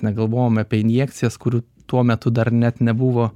negalvojom apie injekcijas kurių tuo metu dar net nebuvo